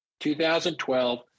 2012